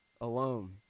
alone